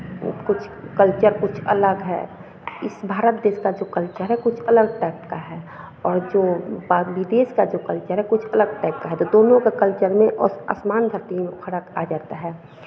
कुछ कल्चर कुछ अलग है इस भारत देश का जो कल्चर है कुछ अलग टाइप का है और जो व विदेश का जो कल्चर है कुछ अलग टाइप का है तो दोनों के कल्चर में आस आसमान धरती का फ़र्क आ जाता है